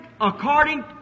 according